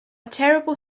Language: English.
terrible